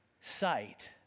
sight